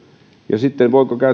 ja voiko sitten käyttää